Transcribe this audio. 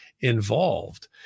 involved